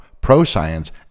pro-science